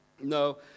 No